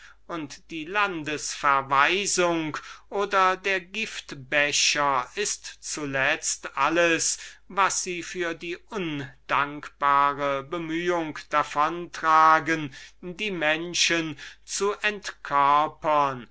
und die landesverweisung oder der giftbecher ist zuletzt alles was sie für die undankbare bemühung davon tragen die menschen zu